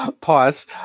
Pause